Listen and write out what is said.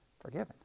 Forgiven